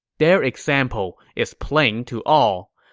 their example is plain to all.